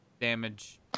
damage